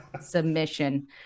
submission